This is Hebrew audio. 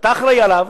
שאתה אחראי לו,